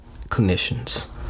clinicians